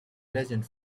legend